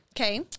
Okay